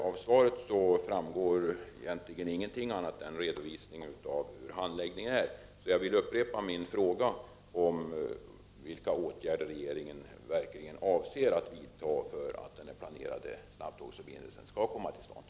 Av svaret framgår egentligen inte något annat än en redovisning av handläggningen. Jag vill därför upprepa min fråga: Vilka åtgärder avser regeringen att vidta för att denna snabbtågsförbindelse verkligen skall komma till stånd?